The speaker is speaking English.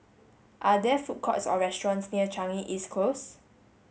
are there food courts or restaurants near Changi East Close